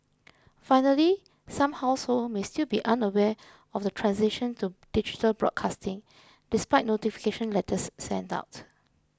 finally some households may still be unaware of the transition to digital broadcasting despite notification letters sent out